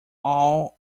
all